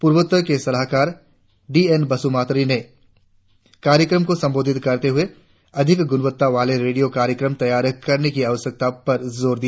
पूर्वोत्तर के सलाहकार डी एन बसुमातारी ने कार्यक्रम को संबोधित करते हुए अधिक गुणवत्ता वाले रेडियों कार्यक्रम तैयार करने की आवश्यकता पर जोर दिया